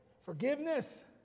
Forgiveness